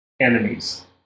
enemies